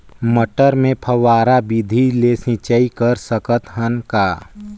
मटर मे फव्वारा विधि ले सिंचाई कर सकत हन का?